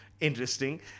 Interesting